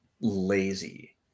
lazy